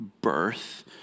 birth